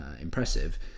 impressive